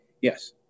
Yes